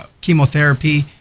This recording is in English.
chemotherapy